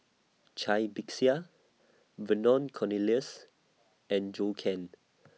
Cai Bixia Vernon Cornelius and Zhou Can